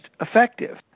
effective